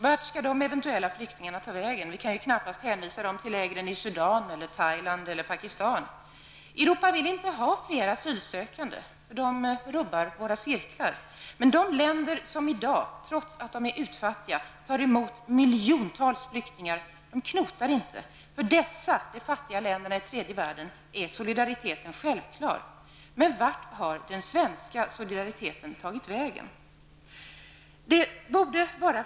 Vart skall de eventuella flyktingarna ta vägen? Vi kan ju knappast hänvisa dem till lägren i Sudan, Thailand eller Pakistan. Europa vill inte ha flera asylsökande. De rubbar våra cirklar. Men de länder som i dag trots att de är utfattiga tar emot miljontals flyktingar knotar inte. För dessa, de fattiga länderna i tredje världen, är solidariteten självklar. Men vart har den svenska solidariteten tagit vägen?